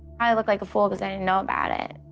i look like a fool cause i didn't know about it.